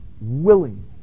willing